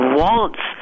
wants